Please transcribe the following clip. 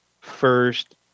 first